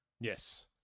yes